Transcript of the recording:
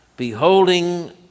beholding